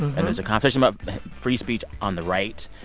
and there's a conversation about free speech on the right.